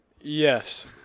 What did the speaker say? Yes